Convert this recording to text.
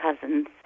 cousins